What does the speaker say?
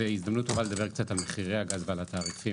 זו הזדמנות טובה לדבר קצת על מחירי הגז ועל התעריפים.